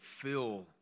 fill